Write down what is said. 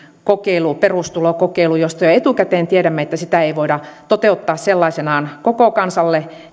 perustulokokeilu josta jo etukäteen tiedämme että sitä ei voida toteuttaa sellaisenaan koko kansalle